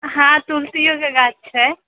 हँ तुलसियोके गाछ छै